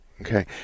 okay